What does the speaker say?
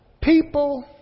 people